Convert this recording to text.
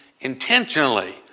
intentionally